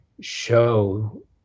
show